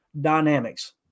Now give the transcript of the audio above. dynamics